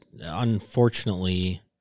unfortunately